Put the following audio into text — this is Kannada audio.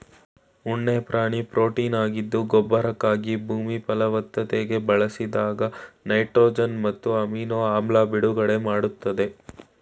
ಉಣ್ಣೆ ಪ್ರಾಣಿ ಪ್ರೊಟೀನಾಗಿದ್ದು ಗೊಬ್ಬರಕ್ಕಾಗಿ ಭೂಮಿ ಫಲವತ್ತತೆಗೆ ಬಳಸಿದಾಗ ನೈಟ್ರೊಜನ್ ಮತ್ತು ಅಮಿನೊ ಆಮ್ಲ ಬಿಡುಗಡೆ ಮಾಡ್ತದೆ